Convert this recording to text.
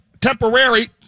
temporary